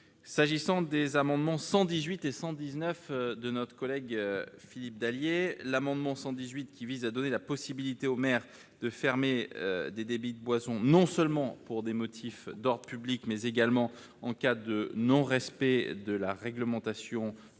s'agissant des amendements 118 et 119 de notre collègue Philippe Dallier, l'amendement 118 qui vise à donner la possibilité aux maires de fermer des débits de boissons, non seulement pour des motifs d'ordre public, mais également en cas de non respect de la réglementation en vigueur,